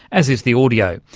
as is the audio.